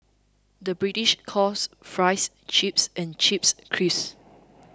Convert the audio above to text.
the British calls Fries Chips and Chips Crisps